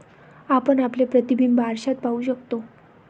आपण आपले प्रतिबिंब आरशात पाहू शकतो